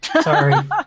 Sorry